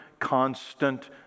constant